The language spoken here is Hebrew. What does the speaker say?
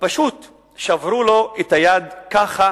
ופשוט שברו לו את היד ככה